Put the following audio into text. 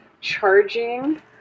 charging